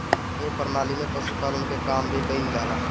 ए प्रणाली में पशुपालन के काम भी कईल जाला